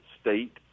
state